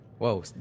Whoa